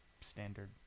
standard